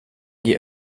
die